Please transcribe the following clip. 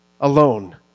alone